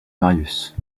marius